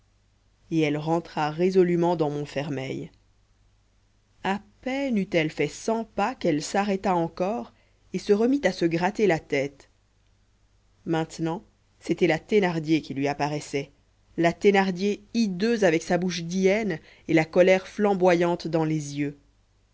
et elle rentra résolument dans montfermeil à peine eut-elle fait cent pas qu'elle s'arrêta encore et se remit à se gratter la tête maintenant c'était la thénardier qui lui apparaissait la thénardier hideuse avec sa bouche d'hyène et la colère flamboyante dans les yeux